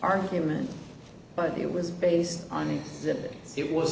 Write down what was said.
argument but it was based on that it was